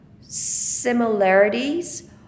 similarities